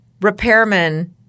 repairman